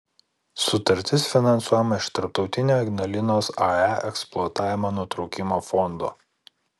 sutartis finansuojama iš tarptautinio ignalinos ae eksploatavimo nutraukimo fondo